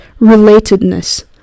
relatedness